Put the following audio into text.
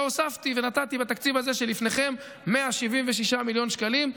אלא הוספתי ונתתי בתקציב הזה שלפניכם 176 מיליון שקלים,